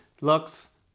looks